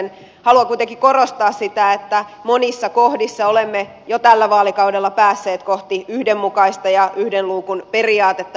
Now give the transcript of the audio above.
haluan kuitenkin korostaa sitä että monissa kohdissa olemme jo tällä vaalikaudella päässeet kohti yhdenmukaista ja yhden luukun periaatetta